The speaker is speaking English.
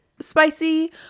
spicy